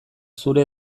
zure